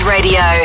Radio